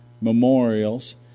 memorials